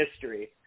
history